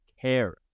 care